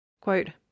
Quote